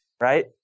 Right